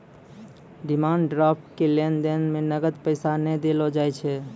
demand draft के लेन देन मे नगद पैसा नै देलो जाय छै